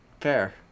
Fair